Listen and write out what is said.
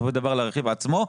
לרכיב עצמו.